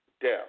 death